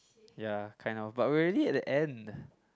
ya kind of but we're already at the end